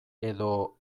edo